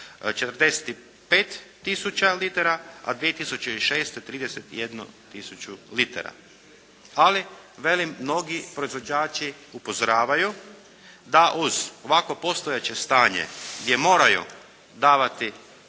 tisuća litara a 2006. 31 tisuću litara. Ali velim, mnogi proizvođači upozoravaju da uz ovakvo postojeće stanje gdje moraju davati